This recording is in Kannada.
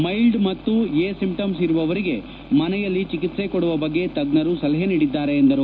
ಮೈಲ್ಡ್ ಮತ್ತು ಎ ಸಿಂಟಂಮ್ಸ್ ಇರುವವರಿಗೆ ಮನೆಯಲ್ಲಿ ಚಿಕಿತ್ಸೆ ಕೊಡುವ ಬಗ್ಗೆ ತಜ್ಞರು ಸಲಹೆ ನೀಡಿದ್ದಾರೆ ಎಂದರು